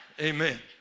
amen